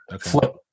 flip